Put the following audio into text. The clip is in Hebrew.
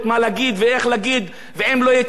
ואם לא יתיישרו אז הם יתחשבנו אתם